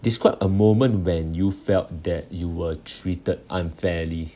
describe a moment when you felt that you were treated unfairly